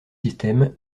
systèmes